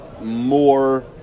more